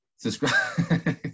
Subscribe